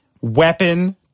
weapon